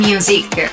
Music